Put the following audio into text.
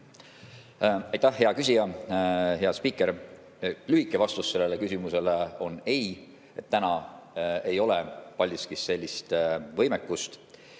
hea küsija! Hea spiiker! Lühike vastus sellele küsimusele on ei: täna ei ole Paldiskis sellist võimekust.